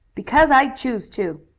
because i choose to.